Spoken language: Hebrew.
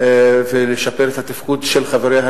ולשפר את התפקוד של חבריה,